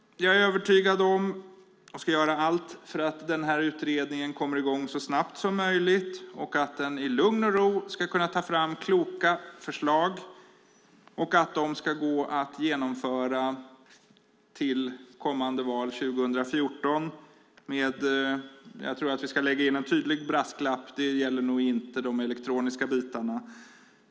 Jag är övertygad om och ska göra allt för att den här utredningen kommer i gång så snabbt som möjligt så att den i lugn och ro kan ta fram kloka förslag som ska gå att genomföra till det kommande valet 2014, men jag tror att vi ska lägga in en tydlig brasklapp. Det gäller nog inte de elektroniska bitarna.